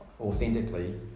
authentically